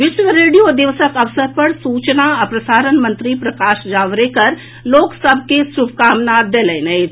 विश्व रेडियो दिवसक अवसर पर सूचना आ प्रसारण मंत्री प्रकाश जावड़ेकर लोक सभ के शुभकामना देलनि अछि